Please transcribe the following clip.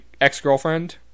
ex-girlfriend